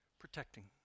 Protecting